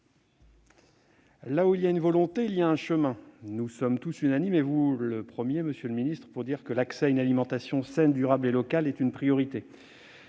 Là où il y a une volonté, il y a un chemin. Nous sommes tous unanimes, et vous le premier, monsieur le ministre, pour dire que l'accès à une alimentation saine, durable et locale est une priorité.